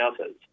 others